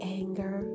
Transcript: anger